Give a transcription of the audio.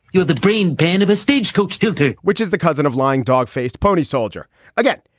you're the brain band of a stage coach duty, which is the cousin of lying dog faced pony soldier again.